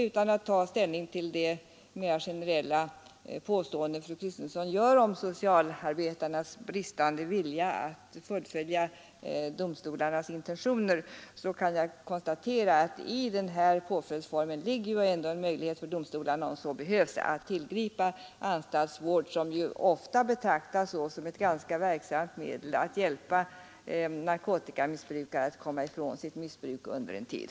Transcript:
Utan att ta ställning till det mera generella påståendet som fru Kristensson gör om socialarbetarnas bristande vilja att fullfölja domstolarnas intentioner kan jag vidare konstatera, att det i denna påföljdsform ändå ligger en möjlighet för domstolarna att, om så behövs, tillgripa anstaltsvård, som ofta betraktas som ett ganska verksamt medel att hjälpa narkotikamissbrukare att komma från sitt missbruk under en tid.